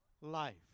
life